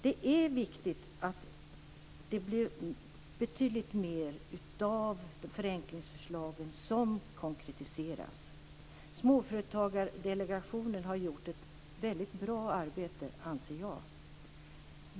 Det är viktigt att betydligt mer av förenklingsförslagen konkretiseras. Småföretagsdelegationen har gjort ett väldigt bra arbete, anser jag.